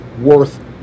worth